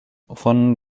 von